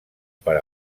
per